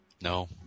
No